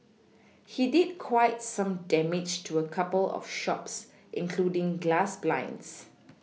he did quite some damage to a couple of shops including glass blinds